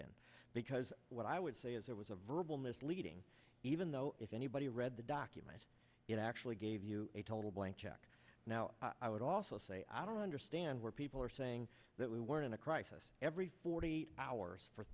in because what i would say is it was a verbal misleading even though if anybody read the document it actually gave you a total blank check now i would also say i don't understand where people are saying that we were in a crisis every forty eight hours for